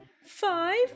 Five